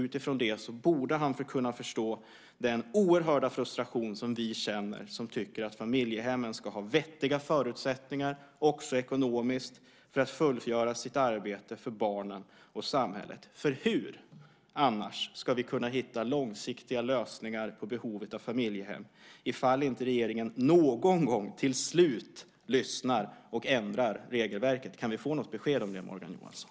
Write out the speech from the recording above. Utifrån det borde han kunna förstå den oerhörda frustration som vi känner som tycker att familjehemmen ska ha vettiga förutsättningar, också ekonomiskt, för att fullfölja sitt arbete för barnen och samhället. Hur ska vi kunna hitta långsiktiga lösningar på behovet av familjehem om inte regeringen någon gång till slut lyssnar och ändrar regelverket? Kan vi få ett besked om det, Morgan Johansson?